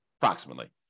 approximately